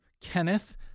Kenneth